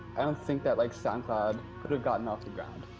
i don't think that, like soundcloud could have gotten off the ground